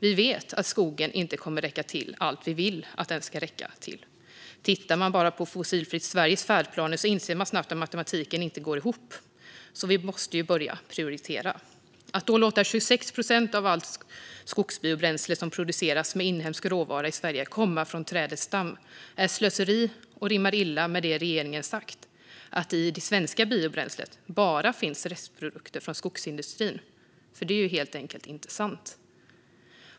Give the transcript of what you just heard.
Vi vet att skogen inte kommer att räcka till allt som vi vill att den ska räcka till. Tittar man på Fossilfritt Sveriges färdplaner ser man snabbt att matematiken inte går ihop. Därför måste vi börja prioritera. Att låta 26 procent av allt skogsbiobränsle som produceras med inhemsk råvara i Sverige komma från trädets stam är slöseri och rimmar illa med det regeringen sagt om att det i det svenska biobränslet bara finns restprodukter från skogsindustrin. Det är helt enkelt inte sant.